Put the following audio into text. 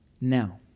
Now